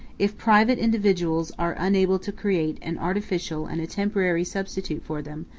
if private individuals are unable to create an artificial and a temporary substitute for them,